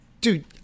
Dude